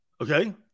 Okay